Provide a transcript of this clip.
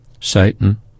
Satan